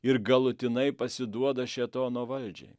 ir galutinai pasiduoda šėtono valdžiai